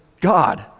God